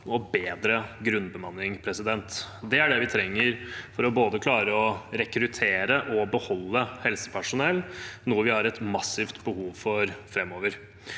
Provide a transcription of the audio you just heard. og bedre grunnbemanning. Det er det vi trenger for å klare å både rekruttere og beholde helsepersonell, noe vi har et massivt behov for framover.